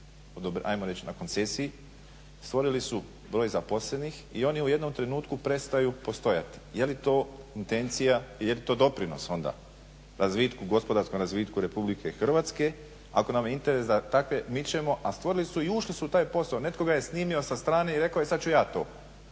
ajmo reći na koncesiji, stvorili su broj zaposlenih i oni u jednom trenutku prestaju postojati. Je li to intencija i jel to doprinos onda gospodarskom razvitku RH ako nam je interes da takve mičemo a stvorili su i ušli u taj posao, netko ga je snimio sa strane i rekao sad ću ja to.